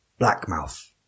Blackmouth